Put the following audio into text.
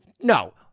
no